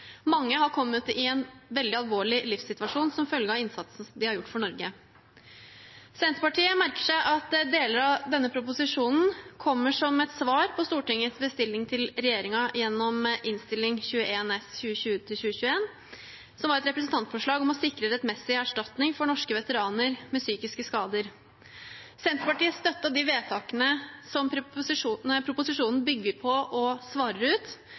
Mange har kommet i en veldig alvorlig livssituasjon som følge av innsatsen de har gjort for Norge. Senterpartiet merker seg at deler av denne proposisjonen kommer som et svar på Stortingets bestilling til regjeringen gjennom Innst. 21 S for 2020–2021. Det var et representantforslag om å sikre rettmessig erstatning for norske veteraner med psykiske skader. Senterpartiet støttet de vedtakene som proposisjonen bygger på og svarer ut.